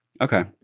Okay